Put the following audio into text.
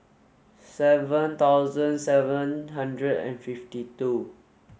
seven thousand seven hundred and fifty two